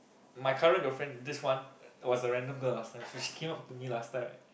my current girlfriend this one was a random girl last time so she came up to me last time